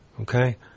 Okay